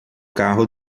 carro